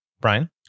Brian